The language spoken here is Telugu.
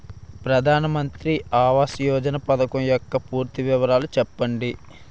ప్రధాన మంత్రి ఆవాస్ యోజన పథకం యెక్క పూర్తి వివరాలు చెప్పండి?